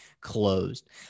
closed